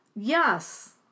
Yes